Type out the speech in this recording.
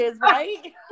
right